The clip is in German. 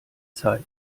zeit